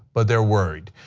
but they are worried.